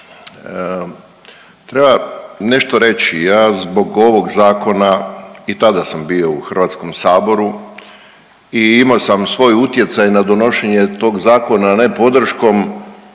Treba nešto reći, ja zbog ovog Zakona i tada sam bio u HS-u i imao sam svoj utjecaj na donošenje tog Zakona, ne podrškom,